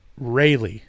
Rayleigh